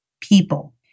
people